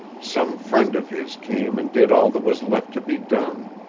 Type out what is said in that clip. some friend of his came and did all that was left to be done.